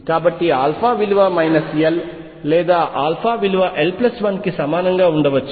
కాబట్టి విలువ l లేదా విలువ l1 కి సమానంగా ఉండవచ్చు